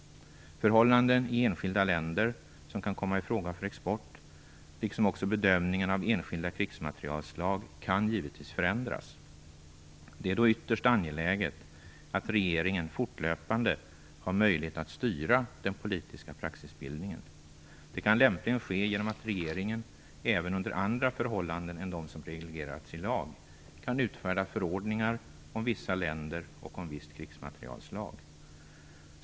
Förhållanden i enskilda länder som kan komma i fråga för export liksom bedömningen av enskilda krigsmaterielslag kan givetvis förändras. Det är då ytterst angeläget att regeringen fortlöpande har möjlighet att styra den politiska praxisbildningen. Det kan lämpligen ske genom att regeringen, även under andra förhållanden än de som reglerats i lag, kan utfärda förordningar om vissa länder och om visst krigsmaterielslag.